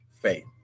faith